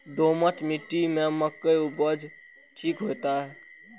दोमट मिट्टी में मक्के उपज ठीक होते?